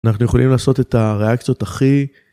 אנחנו יכולים לעשות את הריאקציות הכי..